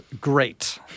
great